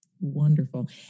Wonderful